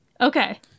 Okay